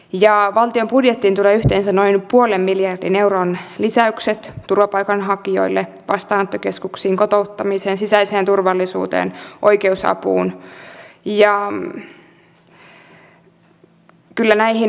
ja valtion budjettiin tulee yhteensä noin puolen miljardin euron nyt on tärkeätä että kehitetään sähköistä tunnistusta ja muuta